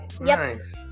Nice